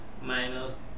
minus